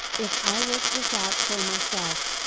if i worked this out for myself,